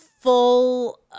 full